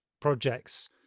projects